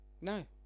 No